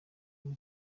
muri